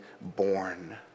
born